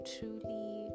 truly